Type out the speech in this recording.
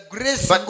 Grace